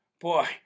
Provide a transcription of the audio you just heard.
boy